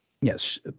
Yes